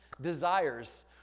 desires